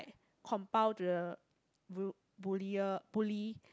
compile the bu~ bullier bully